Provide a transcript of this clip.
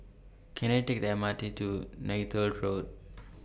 Can I Take The M R T to Neythal Road